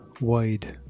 wide